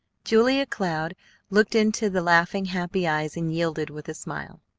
julia cloud looked into the laughing, happy eyes, and yielded with a smile.